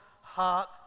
Heart